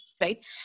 Right